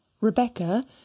Rebecca